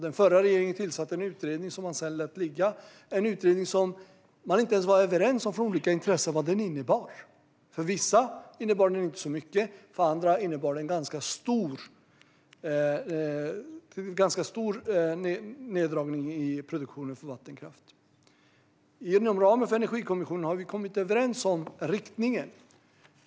Den förra regeringen tillsatte en utredning som man sedan lät ligga, en utredning som olika intressenter inte ens var överens om vad den innebar. För vissa innebar den inte så mycket medan den för andra innebar en ganska stor neddragning i produktionen av vattenkraft. Inom ramen för Energikommissionen har vi kommit överens om riktningen.